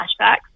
flashbacks